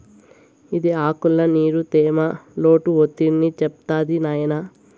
ఇది ఆకుల్ల నీరు, తేమ, లోటు ఒత్తిడిని చెప్తాది నాయినా